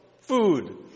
food